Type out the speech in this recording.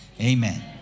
Amen